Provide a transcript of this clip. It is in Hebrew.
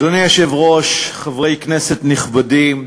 אדוני היושב-ראש, חברי כנסת נכבדים,